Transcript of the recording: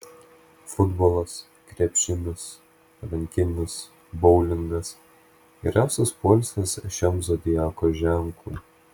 futbolas krepšinis rankinis boulingas geriausias poilsis šiam zodiako ženklui